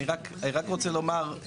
אני רק רוצה לומר,